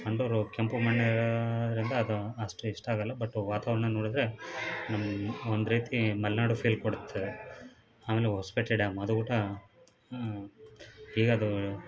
ಸಂಡೂರು ಕೆಂಪು ಮಣ್ಣು ಇರೋದರಿಂದ ಅದು ಅಷ್ಟು ಇಷ್ಟ ಆಗೋಲ್ಲ ಬಟ್ ವಾತಾವರಣ ನೋಡಿದ್ರೆ ಒಂದು ರೀತಿ ಮಾಲೆನಾಡು ಫೀಲ್ ಕೊಡುತ್ತೆ ಆಮೇಲೆ ಹೊಸಪೇಟೆ ಡ್ಯಾಮ್ ಅದು ಕೂಡ ಈಗದು